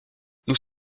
nous